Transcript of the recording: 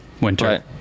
Winter